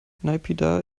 naypyidaw